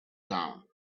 down